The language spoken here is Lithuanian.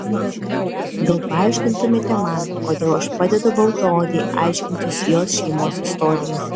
gal paaiškintumėte man kodėl aš padedu baltaodei aiškintis jos šeimos istoriją